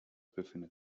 befindet